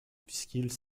puisqu’il